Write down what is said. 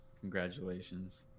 Congratulations